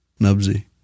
Nubsy